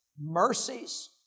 mercies